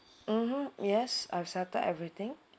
mmhmm yes I've settled everything